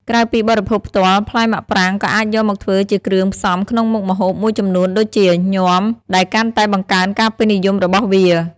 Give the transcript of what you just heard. ក្រៅពីបរិភោគផ្ទាល់ ផ្លែមាក់ប្រាងក៏អាចយកមកធ្វើជាគ្រឿងផ្សំក្នុងមុខម្ហូបមួយចំនួនដូចជាញាំ ដែលកាន់តែបង្កើនការពេញនិយមរបស់វា។